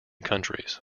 countries